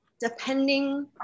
depending